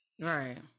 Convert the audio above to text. Right